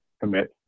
commit